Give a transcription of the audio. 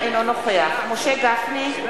אינו נוכח משה גפני,